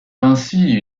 ainsi